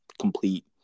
complete